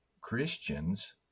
Christians